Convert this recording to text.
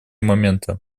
момента